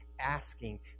asking